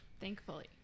Thankfully